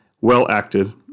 well-acted